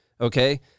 Okay